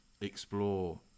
explore